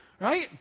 right